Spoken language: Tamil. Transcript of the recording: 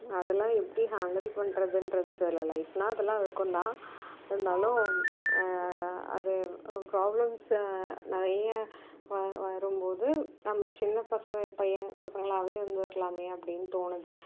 அதெலாம் எப்படி ஹேண்டில் பண்ணுறதுன்றது தெரியல லைஃப்னால் இதெல்லாம் இருக்கும் தான் இருந்தாலும் அது ப்ராப்ளம்ஸை நிறைய வ வரும்போது நம்ம சின்ன பச பைய பசங்களாகவே இருந்திருக்கலாமே அப்படின்னு தோணுது